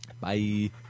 Bye